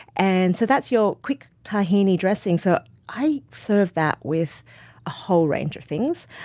and so that's your quick tahini dressing. so i serve that with a whole range of things.